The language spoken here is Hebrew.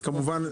אז כמובן,